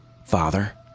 father